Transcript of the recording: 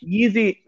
easy